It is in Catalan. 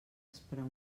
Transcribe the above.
esperar